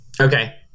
Okay